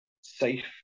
safe